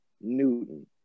Newton